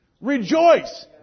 Rejoice